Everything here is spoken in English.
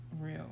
real